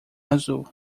azul